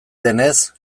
denez